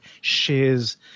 shares –